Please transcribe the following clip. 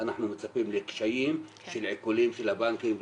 אנחנו מצפים לקשיים של עיקולים של הבנקים וכולי.